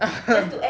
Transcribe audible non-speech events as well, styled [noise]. [laughs]